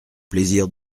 plaisir